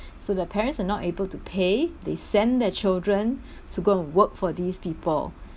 so the parents are not able to pay they send their children to go work for these people